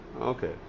Okay